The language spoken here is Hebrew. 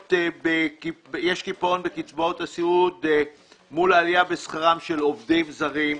יש קיפאון בקצבאות הסיעוד מול עלייה בשכרם של עובדים זרים.